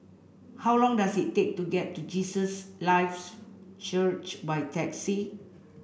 how long does it take to get to Jesus Lives Church by taxi